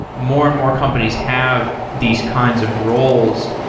more and more companies have these kinds of roles.